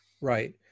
Right